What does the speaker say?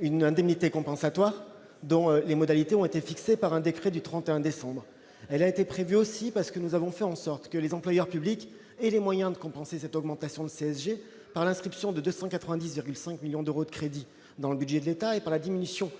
une indemnité compensatoire, dont les modalités ont été fixées par un décret du 31 décembre elle a été prévue aussi parce que nous avons fait en sorte que les employeurs publics et les moyens de compenser cette augmentation de CSG par l'inscription de 290,5 millions d'euros de crédits dans le budget de l'État et par la diminution